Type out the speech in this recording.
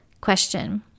question